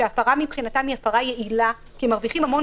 שהפרה מבחינתם היא הפרה יעילה כי הם מרוויחים המון